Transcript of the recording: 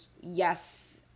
yes